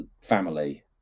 family